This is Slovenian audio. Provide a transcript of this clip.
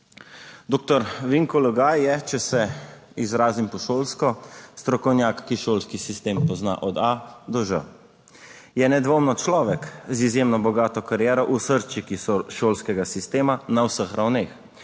Vinko Logaj je, če se izrazim po šolsko, strokovnjak, ki šolski sistem pozna od A do Ž, je nedvomno človek z izjemno bogato kariero v srčiki šolskega sistema na vseh ravneh.